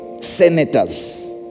senators